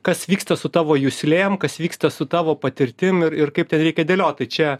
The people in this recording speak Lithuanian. kas vyksta su tavo juslėm kas vyksta su tavo patirtim ir ir kaip ten reikia dėliot tai čia